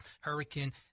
hurricane